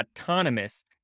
autonomous